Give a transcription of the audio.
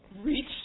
Reach